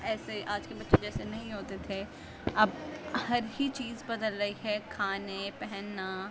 ایسے آج کے بچے جیسے نہیں ہوتے تھے اب ہر ہی چیز بدل رہی ہے کھانے پہننا